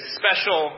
special